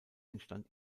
entstand